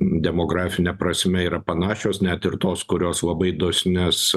demografine prasme yra panašios net ir tos kurios labai dosnias